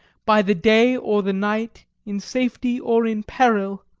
by the day, or the night in safety or in peril!